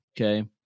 Okay